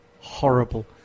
Horrible